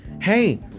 Hey